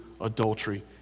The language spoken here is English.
adultery